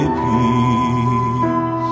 peace